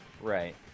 Right